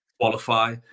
qualify